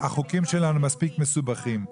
החוקים שלנו מספיק מסובכים.